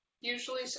Usually